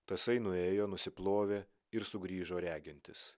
tasai nuėjo nusiplovė ir sugrįžo regintis